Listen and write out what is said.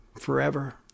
forever